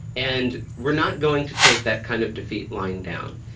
and we're not going to take that kind of defeat lying down,